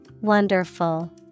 Wonderful